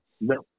No